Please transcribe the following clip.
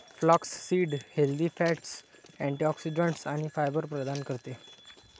flaxseed healthy fats, antioxidants आणि fibre प्रदान करते